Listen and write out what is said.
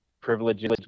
privileges